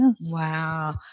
Wow